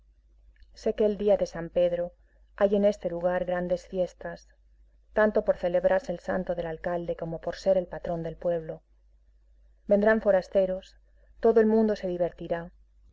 sé que el día de san pedro hay en este lugar grandes fiestas tanto por celebrarse el santo del alcalde como por ser el patrón del pueblo vendrán forasteros todo el mundo se divertirá